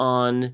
on